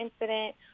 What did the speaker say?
incident